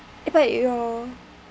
eh but your